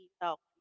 healthy